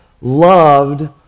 loved